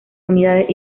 unidades